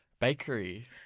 bakery